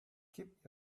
keep